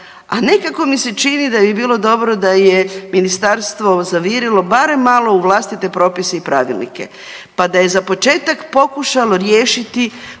a nekako mi se čini da bi bilo dobro da je ministarstvo zavirilo barem malo u vlastite propise i pravilnike, pa da je za početak pokušalo riješiti